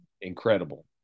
incredible